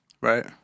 Right